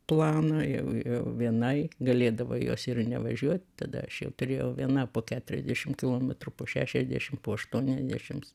planą jau vienai galėdavo jos ir nevažiuot tada aš jau turėjau viena po keturiasdešim kilometrų po šešiasdešim po aštuoniasdešims